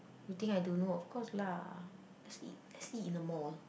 you think I don't know of course lah let's eat let's eat in the mall